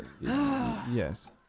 Yes